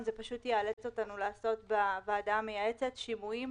זה פשוט יאלץ אותנו לעשות בוועדה המייעצת שימועים